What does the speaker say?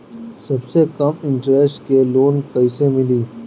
सबसे कम इन्टरेस्ट के लोन कइसे मिली?